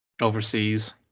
overseas